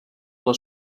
les